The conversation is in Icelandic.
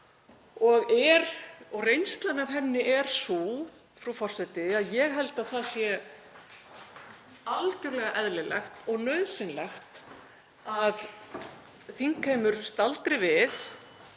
sinn. Reynslan af henni er sú, frú forseti, að ég held að það sé algerlega eðlilegt og nauðsynlegt að þingheimur staldri við